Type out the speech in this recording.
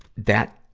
that,